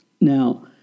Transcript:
Now